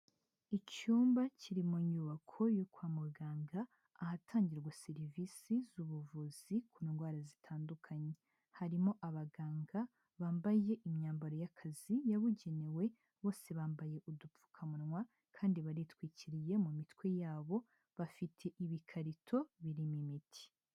Icyumba kiri mu nyubako yo kwa muganga ahatangirwa serivisi z'ubuvuzi ku ndwara zitandukanye, harimo abaganga bambaye imyambaro y'akazi yabugenewe, bose bambaye udupfukamunwa kandi baritwikiriye mu mitwe yabo, bafite ibikarito birimo imiti.